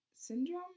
syndrome